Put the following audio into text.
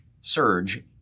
surge